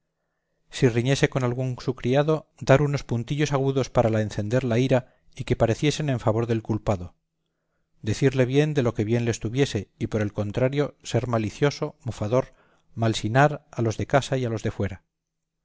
si riñese con algún su criado dar unos puntillos agudos para la encender la ira y que pareciesen en favor del culpado decirle bien de lo que bien le estuviese y por el contrario ser malicioso mofador malsinar a los de casa y a los de fuera